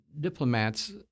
diplomats